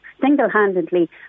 single-handedly